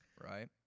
Right